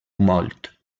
molt